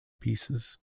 pieces